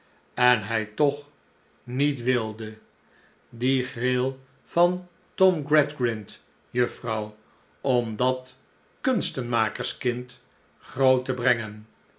en hij toch niet wilde die gril van tom gradgrind juffrouw om dat kunstenmakerskind groot te brengen